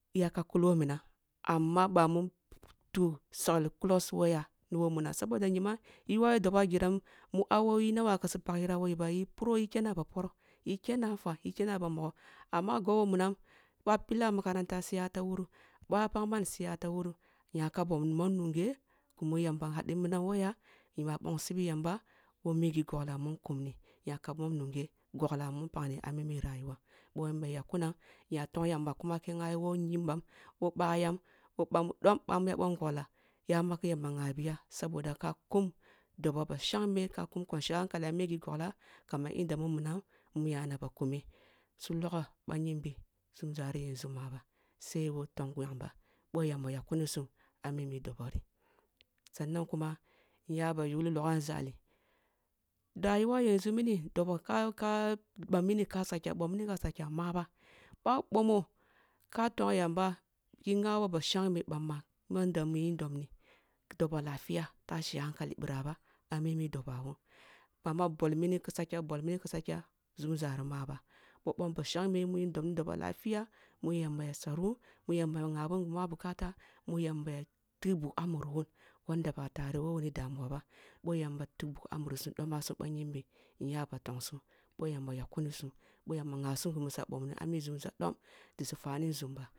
Iyaka kullo wo minam, amma bam utu sagli kullosum who y ani who munam saboda nyi man iwawu doboh a giram mu awowi nawa ku su pagh hira who yi ba yi pura kene a ba poroh, yi kenna nfwa, yi kene a ba mogho amma a gabo munam boh a pllah, akaranta siya tawuru boh a pagh man su ya tawuru nyaka ba mom nunghe mu yamba hadi minam who ya inya bongsi bi yamba who mugi gogglah mun kumni nyakam mom nungeh goggkh mun paghni a mimi rayuwa bih yamba yagh kunam nya tong yamba kuma ki nghabi who nyimbam who bayam who bad om bamu ya bom goggla yama ka yamba nghabi ya, saboda ka kum dob oba shangme ka kum kwanchi yen hankali a migi goggla kem yanda mu minam nyana ba kume su logho bayimbi zumza ri yanzu maba sai wa tong yamba bol, oh ri, sannnan kuma nyeba yughli logha nzali rayuwa yanzu mini doboh ka ka bom mini ka sakeh bom mini ka sakeh ma bah boh a bomih ka tong yamba ki nghabo ba shangme bamma munda mun dobni dobo lafiya tashe hankali birah ba a mimi dobawun amma bol mini ki sake bol mini ki sake zumza rim aba wa bom bashagme mu yin dob dobo llafiya mu yamba ya sarwun, mu yamba ya nghawun gi nwa bukata, mu yamba ya tigh bugh a muri wun wand aba tareh who wani damuwa ba boh yamba tigh bugu a murisum domasum ba nyib inya ba yonsum ɓoh yamba yakkunisum ɓoh yamba ghyabisum gimi suya bomni ah mi nzumza domb disu fa ni nzum ba.